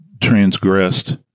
transgressed